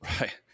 Right